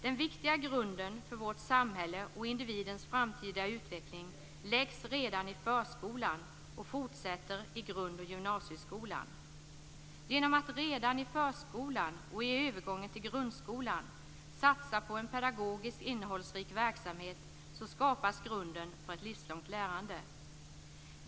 Den viktiga grunden för vårt samhälle och individens framtida utveckling läggs redan i förskolan och fortsätter i grund och gymnasieskolan. Genom att redan i förskolan och i övergången till grundskolan satsa på en pedagogisk och innehållsrik verksamhet skapar man en grund för ett livslångt lärande.